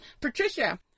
Patricia